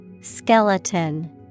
Skeleton